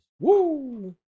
Woo